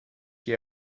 que